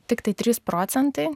tiktai trys procentai